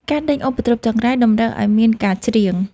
ការដេញឧបទ្រពចង្រៃ តម្រូវឱ្យមានការច្រៀង។